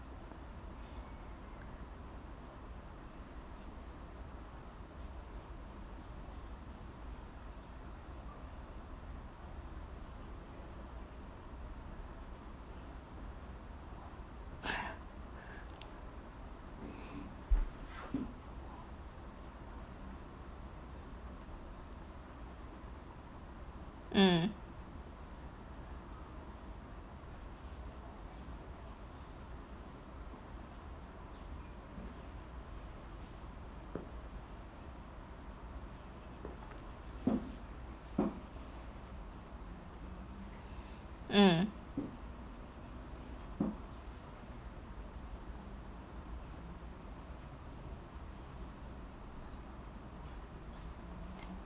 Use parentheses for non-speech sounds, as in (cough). (laughs) mm mm